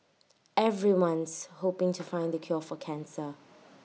everyone's hoping to find the cure for cancer